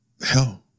hell